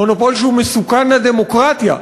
מונופול שהוא מסוכן לדמוקרטיה,